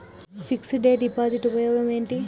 Fix డ్ deposit ఉపయోగం ఏంటి?